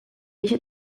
ixa